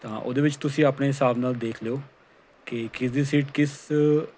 ਤਾਂ ਉਹਦੇ ਵਿੱਚ ਤੁਸੀਂ ਆਪਣੇ ਹਿਸਾਬ ਨਾਲ ਦੇਖ ਲਿਓ ਕਿ ਕਿਸ ਦੀ ਸੀਟ ਕਿਸ